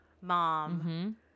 mom